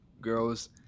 girls